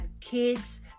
kids